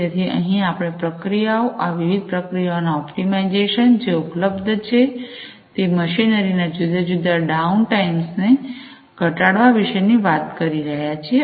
તેથી અહીં આપણે પ્રક્રિયાઓ આ વિવિધ પ્રક્રિયાઓના ઑપ્ટિમાઇઝેશન જે ઉપલબ્ધ છે તે મશીનરીના જુદા જુદા ડાઉન ટાઇમ્સને ઘટાડવા વિશે ની વાત કરી રહ્યા છીએ